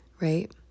right